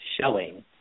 showing